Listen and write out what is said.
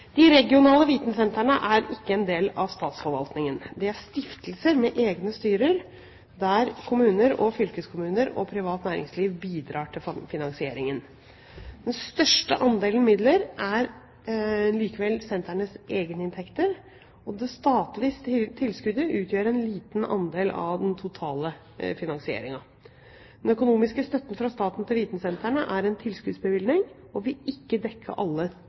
De regionale vitensentrene er ikke en del av statsforvaltningen. De er stiftelser med egne styrer, der kommuner/fylkeskommuner og privat næringsliv bidrar til finansieringen. Den største andelen midler er likevel sentrenes egeninntekter, og det statlige tilskuddet utgjør en liten andel av den totale finansieringen. Den økonomiske støtten fra staten til vitensentrene er en tilskuddsbevilgning og vil ikke dekke alle